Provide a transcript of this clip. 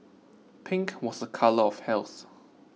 pink was a colour of health